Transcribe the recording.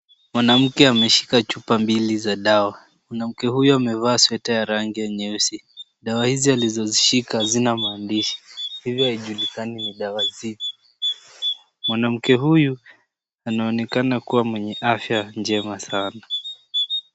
Mwanamke ameshika chupa mbili za dawa. Mwanamke huyo amevaa sweta ya rangi nyeusi. Dawa hizi alizozishika hazina maandishi hivyo haijulikani ni dawa zipi. Mwanamke huyu anaonekana kuwa mwenye afya njema sana.